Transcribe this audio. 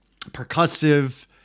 percussive